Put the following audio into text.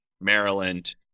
Maryland